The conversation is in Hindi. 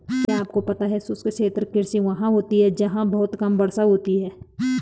क्या आपको पता है शुष्क क्षेत्र कृषि वहाँ होती है जहाँ बहुत कम वर्षा होती है?